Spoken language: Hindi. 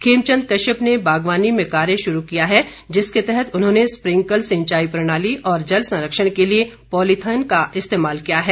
खेमचंद कश्यप ने बागवानी में कार्य शुरू किया है जिसके तहत उन्होंने स्प्रिंकल सिंचाई प्रणाली और जल संरक्षण के लिए पॉलीथीन का इस्तेमाल किया है